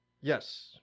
Yes